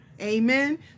Amen